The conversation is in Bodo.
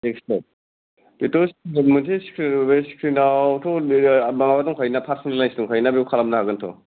डेक्सटप बेथ' मोनसे स्क्रिन बे स्क्रिनावथ' नोङो माबा दंखायोना पारस'नेलाइस दंखायोना बेयाव खालामनो हागोनथ'